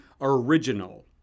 original